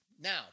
now